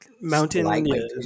mountain